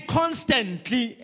constantly